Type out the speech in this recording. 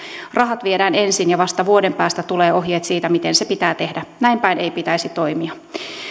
rahat viedään ensin ja vasta vuoden päästä tulee ohjeet siitä miten se pitää tehdä näin päin ei pitäisi toimia